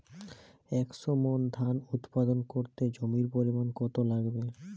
একশো মন ধান উৎপাদন করতে জমির পরিমাণ কত লাগবে?